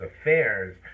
Affairs